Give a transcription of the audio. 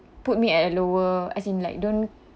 put me at a lower as in like don't